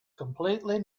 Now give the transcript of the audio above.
completely